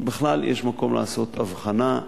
בכלל, יש מקום לעשות הבחנה,